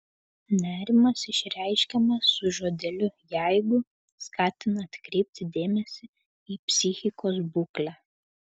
nerimas išreiškiamas su žodeliu jeigu skatina atkreipti dėmesį į psichikos būklę